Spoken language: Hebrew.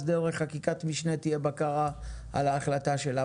אז דרך חקיקת משנה תהיה בקרה על ההחלטה שלה.